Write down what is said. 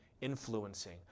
influencing